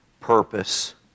purpose